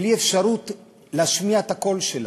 בלי אפשרות להשמיע את הקול שלנו,